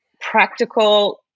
practical